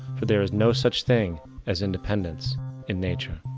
for there is no such thing as independence in nature.